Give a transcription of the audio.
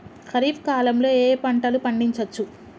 ఖరీఫ్ కాలంలో ఏ ఏ పంటలు పండించచ్చు?